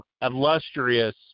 illustrious